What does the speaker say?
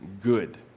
good